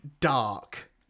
dark